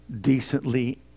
decently